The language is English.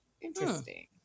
Interesting